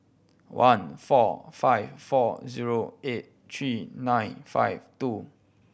one four five four zero eight three nine five two